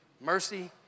Mercy